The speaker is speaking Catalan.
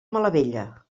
malavella